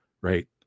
right